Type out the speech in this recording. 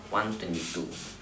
one twenty two